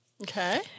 Okay